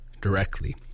directly